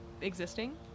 existing